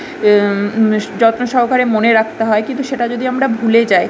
যত্ন সহকারে মনে রাখতে হয় কিন্তু সেটা যদি আমরা ভুলে যাই